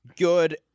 good